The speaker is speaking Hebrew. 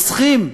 רוצחים.